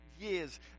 years